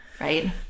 right